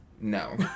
No